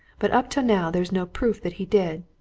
but up to now there's no proof that he did.